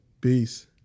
peace